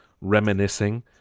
reminiscing